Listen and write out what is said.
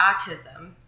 autism